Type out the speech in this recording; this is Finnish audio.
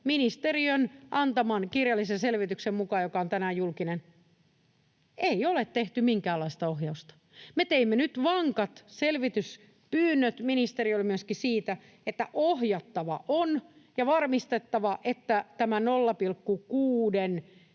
ministeriön antaman kirjallisen selvityksen mukaan, joka on tänään julkinen, tehty minkäänlaista ohjausta. Me teimme nyt vankat selvityspyynnöt, ministeri oli myöskin siinä, että ohjattava on ja on varmistettava, että tämä 0,6:n